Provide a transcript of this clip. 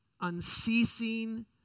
unceasing